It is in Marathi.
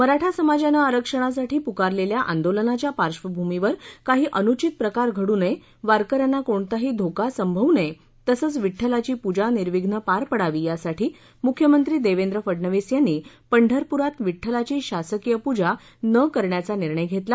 मराठा समाजानं आरक्षणासाठी पुकारलेल्या आंदोलनाच्या पार्श्वभूमीवर काही अनुचित प्रकार घडू नये वारकऱ्यांना कोणताही धोका संभवू नये तसंच विडुलाची पूजा निर्विच्न पार पडावीयासाठी मुख्यमंत्री देवेंद्र फडणवीस यांनी पंढरपुरात विडुलाची शासकीय पूजा नं करण्याचा निर्णय घेतला